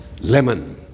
lemon